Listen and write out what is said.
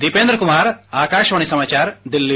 दीपेंद्र कुमार आकाशवाणी समाचार दिल्ली